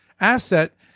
asset